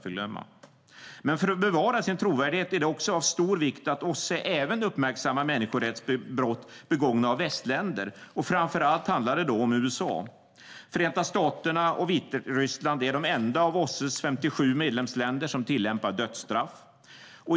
För att bevara sin trovärdighet är det av stor vikt att OSSE även uppmärksammar människorättsbrott begångna av västländer, och framför allt handlar det då om USA. Förenta staterna och Vitryssland är de enda av OSSE:s 57 medlemsländer som tillämpar dödsstraff.